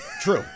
True